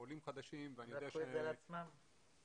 הם לקחו את זה על עצמם.